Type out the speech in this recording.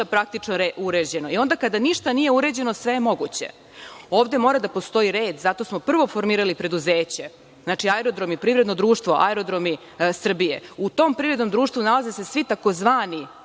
praktično uređeno i onda kada ništa nije urađeno, sve je moguće. Ovde mora da postoji red zato smo prvo formirali preduzeće. Znači, aerodrom je privredno društvo „Aerodromi Srbije“. Tom privrednom društvu nalaze se svi tzv.